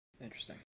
Interesting